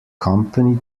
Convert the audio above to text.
company